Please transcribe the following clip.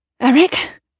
Eric